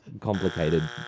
complicated